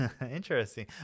interesting